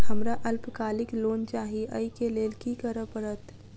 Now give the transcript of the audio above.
हमरा अल्पकालिक लोन चाहि अई केँ लेल की करऽ पड़त?